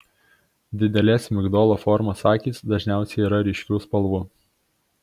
didelės migdolo formos akys dažniausiai yra ryškių spalvų